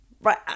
right